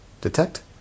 detect